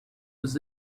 was